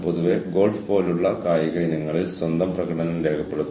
കൂടാതെ അവ മത്സരാധിഷ്ഠിത നേട്ടം നൂതനത്വം ഉൽപ്പാദനക്ഷമത എന്നിവ നിലനിർത്തുന്നു